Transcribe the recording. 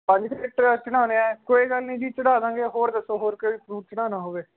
ਪੰਜ ਕੁ ਕਰੇਟ ਚੜ੍ਹਾਉਣੇ ਐ ਕੋਈ ਗੱਲ ਨਹੀਂ ਜੀ ਚੜ੍ਹਾ ਦਾਂਗੇ ਜੀ ਹੋਰ ਦੱਸੋ ਹੋਰ ਕੋਈ ਫਰੂਟ ਚੜ੍ਹਾਉਣਾ ਹੋਵੇ